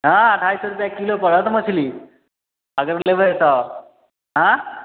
हँ ढ़ाइ सए रुपैआ किलो पड़त मछली अगर उ लेबै तऽ आँय